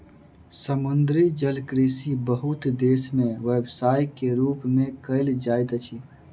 समुद्री जलकृषि बहुत देस में व्यवसाय के रूप में कयल जाइत अछि